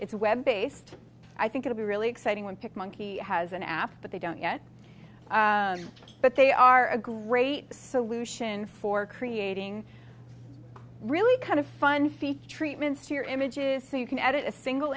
it's web based i think it'll be really exciting when pic monkey has an app but they don't yet but they are a great solution for creating really kind of fun feature treatments to your images so you can edit a single